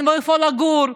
אין לו איפה לגור,